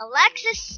Alexis